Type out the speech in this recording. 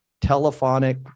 telephonic